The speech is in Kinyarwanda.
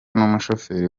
n’umushoferi